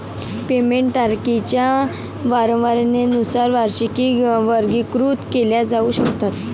payment तारखांच्या वारंवारतेनुसार वार्षिकी वर्गीकृत केल्या जाऊ शकतात